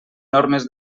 normes